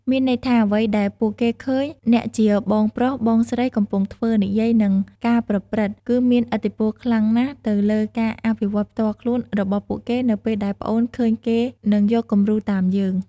មានន័យថា អ្វីដែលពួកគេឃើញអ្នកជាបងប្រុសបងស្រីកំពុងធ្វើ និយាយ និងកាប្រព្រឹត្ត គឺមានឥទ្ធិពលខ្លាំងណាស់ទៅលើការអភិវឌ្ឍផ្ទាល់ខ្លួនរបស់ពួកគេនៅពេលដែលប្អូនឃើញគេនឹងយកគម្រូតាមយើង ។